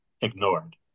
ignored